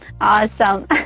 Awesome